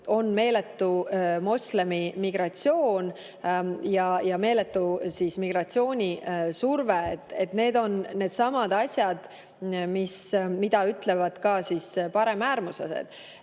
on meeletu moslemimigratsioon ja meeletu migratsioonisurve. Need on needsamad asjad, mida ütlevad ka paremäärmuslased.